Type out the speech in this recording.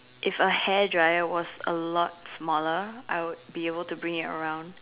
if a hair dryer was a lot smaller I would be able to bring it around